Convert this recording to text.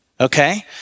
Okay